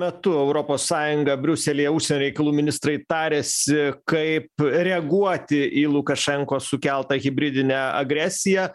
metu europos sąjunga briuselyje užsienio reikalų ministrai tariasi kaip reaguoti į lukašenkos sukeltą hibridinę agresiją